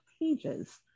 pages